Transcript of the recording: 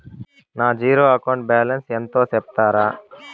నా zero account balance ఎంతో సెప్తారా?